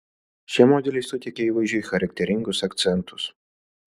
šie modeliai suteikia įvaizdžiui charakteringus akcentus